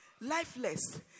Lifeless